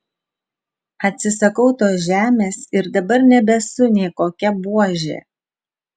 atsisakau tos žemės ir dabar nebesu nė kokia buožė